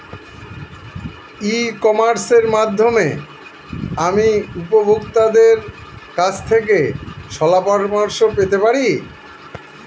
ই কমার্সের মাধ্যমে আমি উপভোগতাদের কাছ থেকে শলাপরামর্শ পেতে পারি?